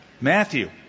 Matthew